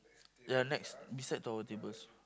ya next beside to our tables